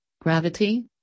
Gravity